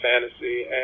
fantasy